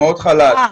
תעשה לי קצת סדר,